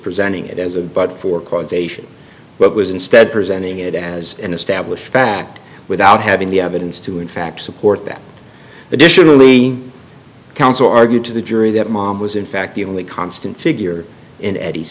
presenting it as a but for causation but was instead presenting it as an established fact without having the evidence to in fact support that additionally counsel argued to the jury that mom was in fact the only constant figure in eddie's